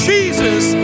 Jesus